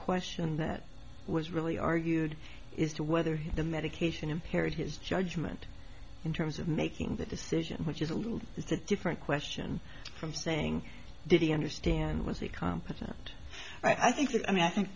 question that was really argued is to whether the medication impaired his judgment in terms of making that decision which is a little it's a different question from saying did he understand was he competent i think i mean i think